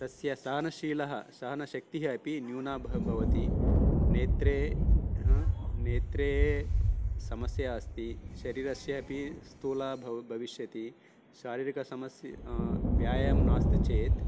तस्य सहनशीलता सहनशक्तिः अपि न्यूना भ भवति नेत्रे नेत्रे समस्या अस्ति शरीरस्य अपि स्थूलां भव् भविष्यति शारीरिकसमस्या व्यायामः नास्ति चेत्